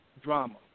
drama